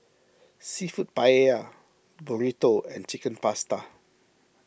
Seafood Paella Burrito and Chicken Pasta